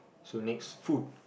so next food